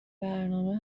برنامه